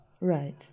Right